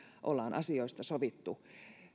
ollaan asioista sovittu